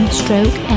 stroke